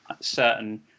certain